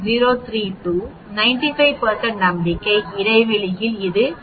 032 95 நம்பிக்கை இடைவெளியில் இது 2